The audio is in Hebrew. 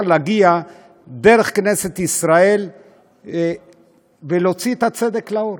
להגיע דרך כנסת ישראל להוציא את הצדק לאור.